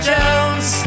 Jones